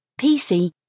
PC